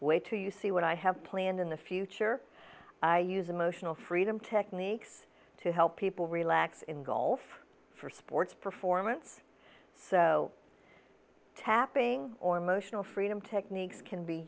to you see what i have planned in the future i use emotional freedom techniques to help people relax in golf for sports performance so tapping or emotional freedom techniques can be